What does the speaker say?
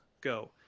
go